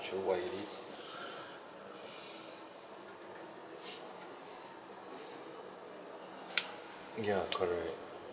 sure what it is ya correct